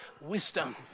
wisdom